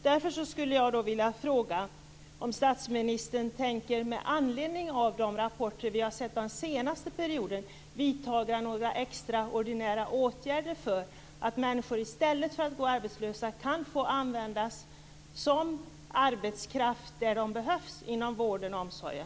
Därför skulle jag vilja fråga om statsministern med anledning av de rapporter vi har sett den senaste perioden tänker vidta några extraordinära åtgärder för att människor i stället för att gå arbetslösa kan användas som arbetskraft där de behövs inom vården och omsorgen.